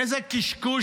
איזה קשקוש.